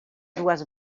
dues